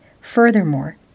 Furthermore